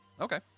Okay